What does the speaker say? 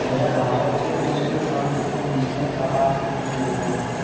भैया भारत के कौन से प्रांतों में कपास की खेती होती है?